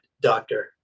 doctor